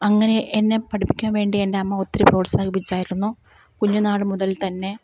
അങ്ങനെ എന്നെ പഠിപ്പിക്കാന് വേണ്ടി എന്റെ അമ്മ ഒത്തിരി പ്രോത്സാഹിപ്പിച്ചായിരുന്നു കുഞ്ഞുന്നാൾ മുതല് തന്നെ